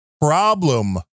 problem